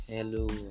Hello